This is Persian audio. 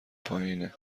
پایینه